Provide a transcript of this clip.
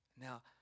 Now